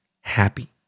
happy